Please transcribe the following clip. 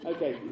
Okay